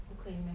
不可以 meh